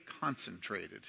concentrated